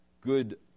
good